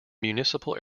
municipal